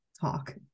talk